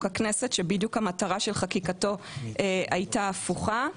הכנסת שבדיוק המטרה של חקיקתו הייתה הפוכה.